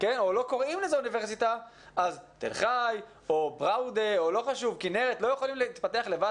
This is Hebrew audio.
אז תל חי בראודה או כינרת לא יכולים להתפתח לבד